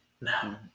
No